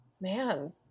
man